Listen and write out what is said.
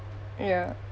ya